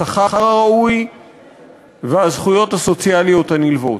השכר הראוי והזכויות הסוציאליות הנלוות.